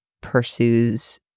pursues